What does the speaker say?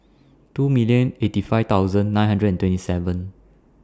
two million eighty five thousand nine hundred and twenty seven